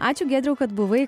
ačiū giedriau kad buvai